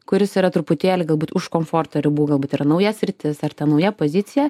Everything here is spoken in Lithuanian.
kuris yra truputėlį galbūt už komforto ribų galbūt yra nauja sritis ar ta nauja pozicija